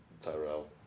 Tyrell